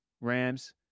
Rams